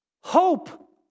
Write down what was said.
hope